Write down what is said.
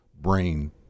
brain